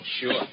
Sure